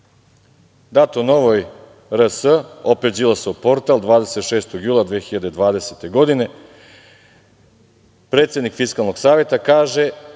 dato novoj RS, opet Đilasov portal, 26. jula 2020. godine. Predsednik Fiskalnog saveta kaže